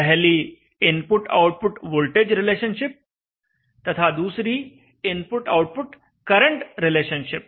पहली input output voltage relationship तथा दूसरी इनपुट आउटपुट करंट रिलेशनशिप